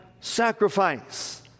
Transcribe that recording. sacrifice